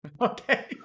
Okay